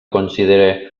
considere